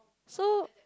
so